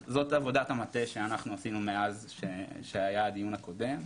אז זאת עבודת המטה שאנחנו עשינו מאז שהיה הדיון הקודם.